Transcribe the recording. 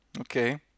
Okay